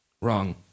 Wrong